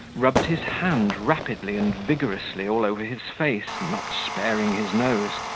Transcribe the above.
rubbed his hand rapidly and vigorously all over his face, not sparing his nose,